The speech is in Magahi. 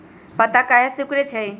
पत्ता काहे सिकुड़े छई?